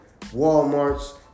Walmarts